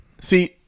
See